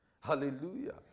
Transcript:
Hallelujah